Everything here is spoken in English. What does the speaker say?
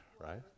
right